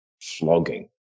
flogging